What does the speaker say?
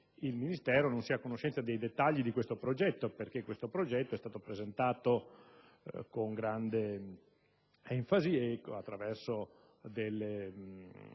il Ministero non sia a conoscenza dei dettagli di questo progetto, perché esso è stato presentato con grande enfasi, attraverso un